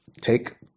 Take